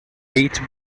beach